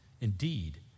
indeed